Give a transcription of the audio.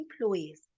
employees